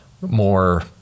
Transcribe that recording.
more